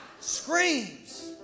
Screams